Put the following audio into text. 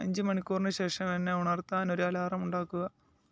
അഞ്ച് മണിക്കൂറിന് ശേഷം എന്നെ ഉണർത്താൻ ഒരു അലാറം ഉണ്ടാക്കുക